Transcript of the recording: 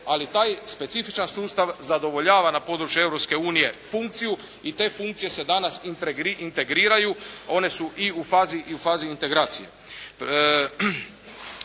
a taj specifičan sustav zadovoljava na području Europske unije funkciju i te funkcije se danas integriraju, one su u fazi integracije.